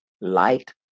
light